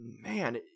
man